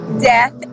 death